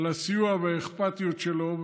על הסיוע והאכפתיות שלו.